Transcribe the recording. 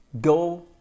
go